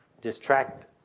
distract